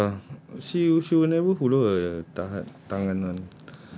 ya lah she she will never hulur her tangan tangan